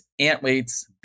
antweights